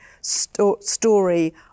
story